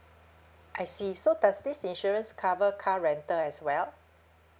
I see so does this insurance cover car rental as well